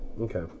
Okay